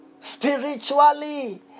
Spiritually